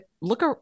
Look